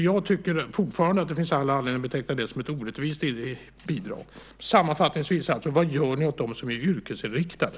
Jag tycker fortfarande att det finns all anledning att beteckna det som ett orättvist bidrag. Sammanfattningsvis undrar jag alltså: Vad gör ni åt dem som är yrkesinriktade?